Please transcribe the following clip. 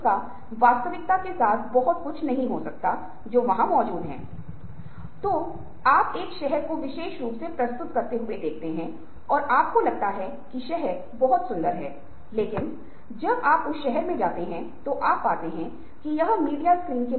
एक समस्या एक मामले के बारे में है जो यह तय करना मुश्किल है कि क्या करना है या मुद्दे के बारे में जहां यह तय करना मुश्किल है कि क्या करना है